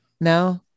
No